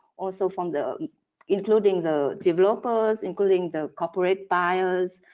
also from the including the developers, including the corporate buyers,